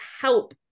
help